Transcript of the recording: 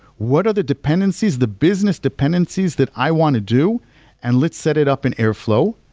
what are the dependencies, the business dependencies that i want to do and let's set it up in airflow.